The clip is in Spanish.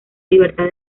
libertad